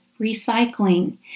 recycling